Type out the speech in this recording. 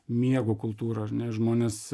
miego kultūra ar ne žmonės